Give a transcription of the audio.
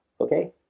okay